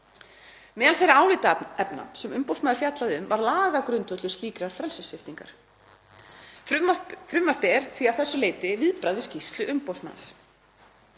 Meðal þeirra álitaefna sem umboðsmaður fjallaði um var lagagrundvöllur slíkrar frelsissviptingar. Frumvarpið er því að þessu leyti viðbragð við skýrslu umboðsmanns.